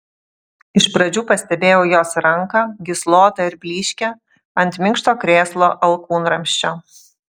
iš pradžių pastebėjau jos ranką gyslotą ir blyškią ant minkšto krėslo alkūnramsčio